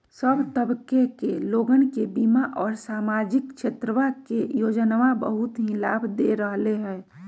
सब तबके के लोगन के बीमा और सामाजिक क्षेत्रवा के योजनावन बहुत ही लाभ दे रहले है